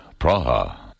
Praha